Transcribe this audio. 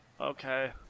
Okay